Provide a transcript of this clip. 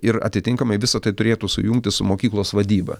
ir atitinkamai visa tai turėtų sujungti su mokyklos vadyba